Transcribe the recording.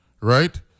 right